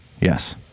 Yes